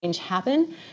happen